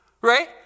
Right